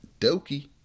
Doki